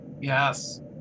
yes